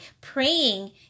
praying